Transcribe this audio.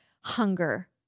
hunger